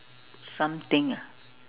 something ah